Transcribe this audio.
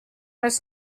was